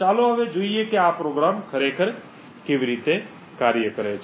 ચાલો હવે જોઈએ કે આ પ્રોગ્રામ ખરેખર કેવી રીતે કાર્ય કરે છે